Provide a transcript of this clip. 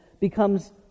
becomes